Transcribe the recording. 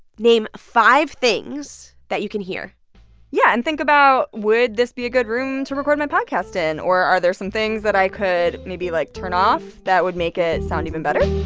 name five things that you can hear yeah. and think about, would this be a good room to record my podcast in? or are there some things that i could maybe, like, turn off that would make it sound even better?